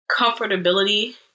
comfortability